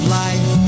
life